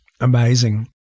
amazing